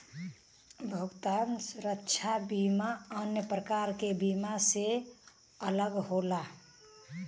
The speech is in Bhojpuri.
भुगतान सुरक्षा बीमा अन्य प्रकार के बीमा से अलग होला